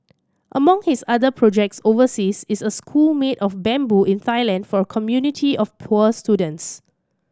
among his other projects overseas is a school made of bamboo in Thailand for a community of poor students